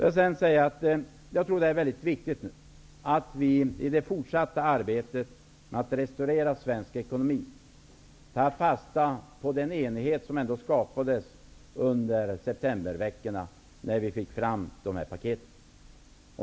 Jag tror att det är mycket viktigt att vi i det fortsatta arbetet med att restaurera svensk ekonomi tar fasta på den enighet som ändå skapades under de veckor i september då vi fick fram de här paketen.